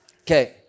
Okay